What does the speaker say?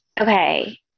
Okay